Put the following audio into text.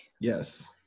yes